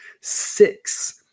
six